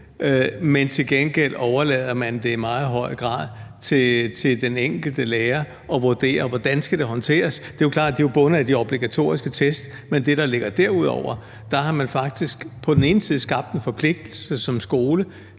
men til gengæld overlader man det i meget høj grad til den enkelte lærer at vurdere, hvordan det skal håndteres. Det er klart, at de er bundet af de obligatoriske test, men det, der ligger derudover, har man overladt til lærernes faglige vurdering,